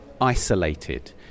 Isolated